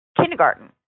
kindergarten